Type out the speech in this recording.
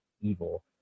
evil